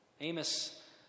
Amos